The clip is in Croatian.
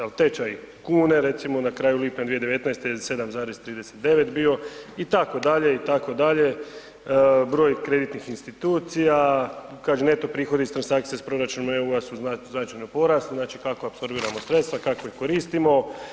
Evo tečaj kune recimo na kraju lipnja 2019. je 7,39 je bio itd., itd. broj kreditnih institucija, kaže neto prihodi iz transakcija s proračuna EU su značajno porasli, znači kako apsorbiramo sredstva, kako ih koristimo.